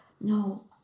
no